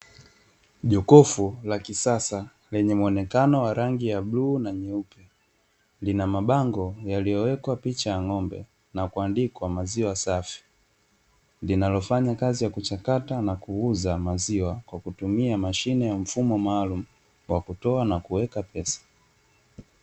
Jokofu la kisasa lenye muonekano wa rangi ya bluu na nyeupe. Lina mabango yaliyowekwa picha ya ng'ombe na kuandikwa maziwa safi, linalofanya kazi ya kuchakata na kuuza maziwa kwa kutumia mashine ya mfumo maalumu wa kutoa na kuweka pesa.